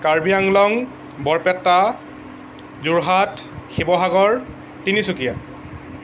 Karbi Anglong Barpeta Jorhat Sivasagar Tinsukia